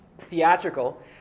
theatrical